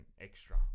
extra